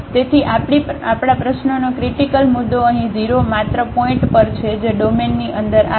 તેથી આપણી પ્રશ્નોનો ક્રિટીકલ મુદ્દો અહીં 0 માત્ર પોઇન્ટ પર છે જે ડોમેનની અંદર આવે છે